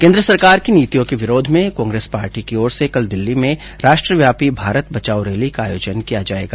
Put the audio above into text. केन्द्र सरकार की नीतियों के विरोध में कांग्रेस पार्टी की ओर से कल दिल्ली में राष्ट्रव्यापी भारत बचाओ रैली का आयोजन किया जाएगा